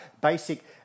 basic